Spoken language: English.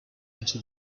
into